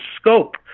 scope